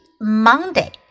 Monday